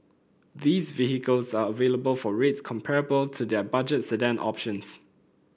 these vehicles are available for rates comparable to their budget sedan options